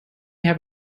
have